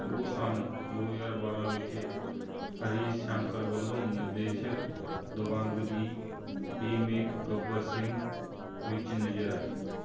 ਉਹ ਸੰਨ ਦੋ ਹਜ਼ਾਰ ਬਾਰ੍ਹਾਂ ਵਿੱਚ ਹਰੀਸ਼ ਸ਼ੰਕਰ ਵੱਲੋਂ ਨਿਰਦੇਸ਼ਿਤ ਦਬੰਗ ਦੀ ਰੀਮੇਕ ਗੱਬਰ ਸਿੰਘ ਵਿੱਚ ਨਜ਼ਰ ਆਏ